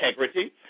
integrity